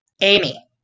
Amy